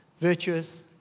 Virtuous